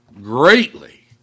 Greatly